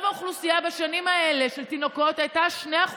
האוכלוסייה של התינוקות בשנים האלה היו 2%,